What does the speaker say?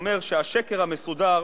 שאומר שהשקר המסודר